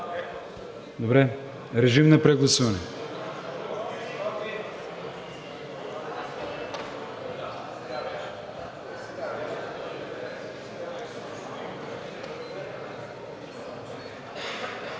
Добре, режим на прегласуване.